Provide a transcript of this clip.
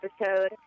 episode